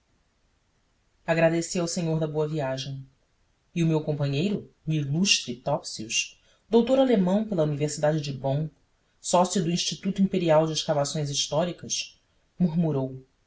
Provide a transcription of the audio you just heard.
agradeci ao senhor da boa viagem e o meu companheiro o ilustre topsius doutor alemão pela universidade de bonn sócio do instituto imperial de escavações históricas murmurou